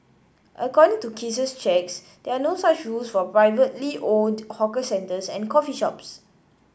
according to Case's checks there are no such rules for privately owned hawker centres and coffee shops